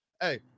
Hey